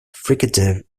fricative